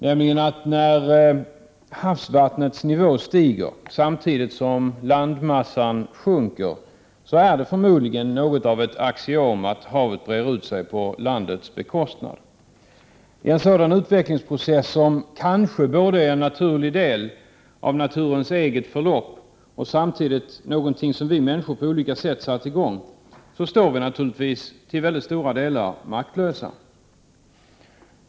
När havsvattnets nivå stiger samtidigt som landmassan sjunker, så är det ett axiom att havet brer ut sig på landets bekostnad. I en sådan utvecklingsprocess, som kanske både är en naturlig del av 43 naturens förlopp och samtidigt någonting som vi människor på olika sätt satt i gång, står vi till stora delar maktlösa.